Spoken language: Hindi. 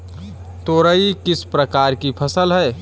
तोरई किस प्रकार की फसल है?